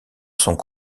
sont